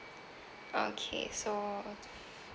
okay so